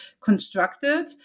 constructed